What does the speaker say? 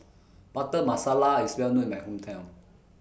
Butter Masala IS Well known in My Hometown